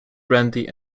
brandy